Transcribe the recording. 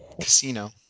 Casino